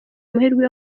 amahirwe